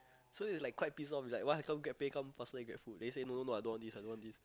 so it was like quite pissed off it's like why Grabpay come faster than Grabfood they say no no no I don't want this I don't want this